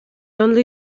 only